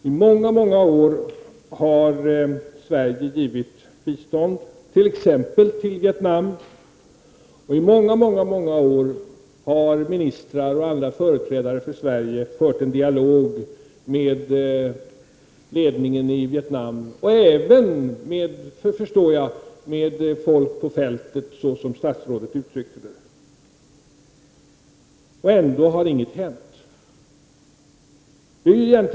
I många år har Sverige givit bistånd till t.ex. Vietnam, och många år har ministrar och andra företrädare för Sverige fört en dialog med ledningen i Vietnam och även, förstår jag, med ”folk på fältet”, som statsrådet uttryckte det. Ändå har inget hänt.